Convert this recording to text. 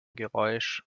geräusch